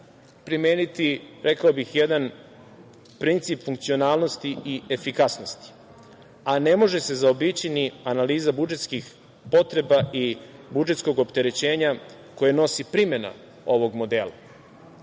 primeniti, rekao bih, jedan princip funkcionalnosti i efikasnosti, a ne može se zaobići ni analiza budžetskih potreba i budžetskog opterećenja koje nosi primena ovog modela.